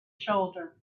shoulder